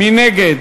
מי נגד?